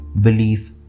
belief